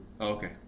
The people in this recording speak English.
Okay